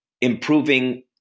improving